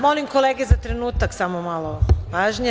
Molim kolege za trenutak samo malo pažnje.